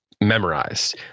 memorize